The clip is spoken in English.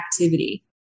activity